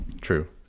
true